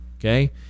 okay